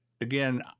again